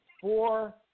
Four